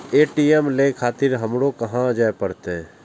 ATM ले खातिर हमरो कहाँ जाए परतें?